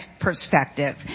perspective